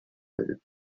will